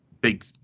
big